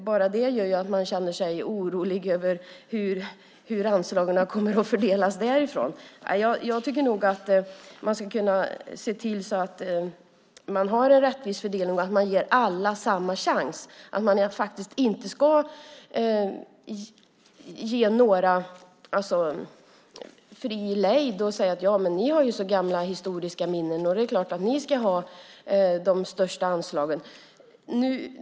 Bara det gör att man känner sig orolig över hur anslagen kommer att fördelas därifrån. Jag tycker nog att man skulle kunna se till att man har en rättvis fördelning och att man ger alla samma chans, att man faktiskt inte ska ge några fri lejd och säga: Ni har ju så gamla historiska minnen. Det är klart att ni ska ha de största anslagen.